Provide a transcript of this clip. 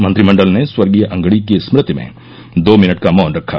मंत्रिमंडल ने स्वर्गीय अंगडी की स्मृति में दो मिनट का मौन रखा